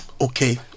Okay